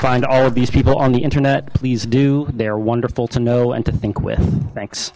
find all of these people on the internet please do they're wonderful to know and to think with thanks